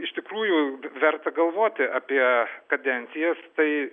iš tikrųjų verta galvoti apie kadencijas tai